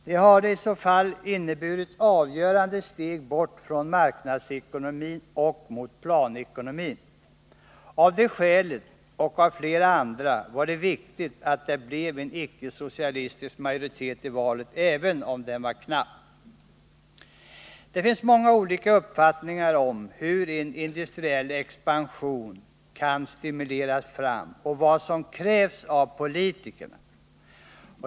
Det hade i så fall inneburit avgörande steg bort från marknadsekonomin och mot planekonomin. Av det skälet, och av flera andra, var det viktigt att det blev en icke-socialistisk majoritet i valet även om den var knapp. Det finns många olika uppfattningar om hur en industriell expansion kan stimuleras fram och vad som krävs av politikerna.